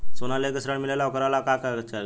सोना लेके ऋण मिलेला वोकरा ला का कागज लागी?